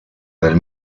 del